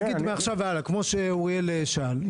נגיד מעכשיו הלאה כמו שאוריאל שאל,